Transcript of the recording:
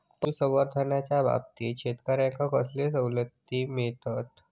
पशुसंवर्धनाच्याबाबतीत शेतकऱ्यांका कसले सवलती मिळतत?